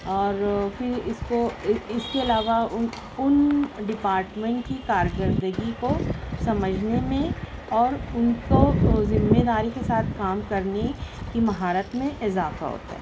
اور پھر اِس کو اِس کے علاوہ اُن اُن ڈپارٹمنٹ کی کارکردگی کو سمجھنے میں اور اُن کو ذمہ داری کے ساتھ کام کرنے کی مہارت میں اضافہ ہوتا ہے